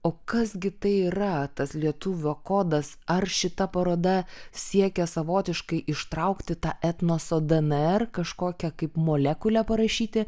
o kas gi tai yra tas lietuvio kodas ar šita paroda siekia savotiškai ištraukti tą etnoso dė en er kažkokią kaip molekulę parašyti